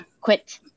quit